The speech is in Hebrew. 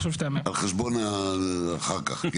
על חשבון הזמן אחר כך.